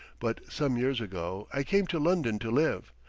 but some years ago, i came to london to live.